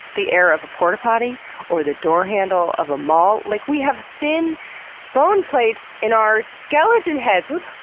the air of a porta potty or the door handle of a mall? like we have thin bone plates in our skeleton heads! what